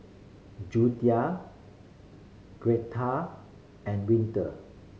Junia Greta and Winter